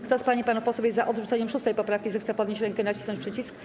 Kto z pań i panów posłów jest za odrzuceniem 6. poprawki, zechce podnieść rękę i nacisnąć przycisk.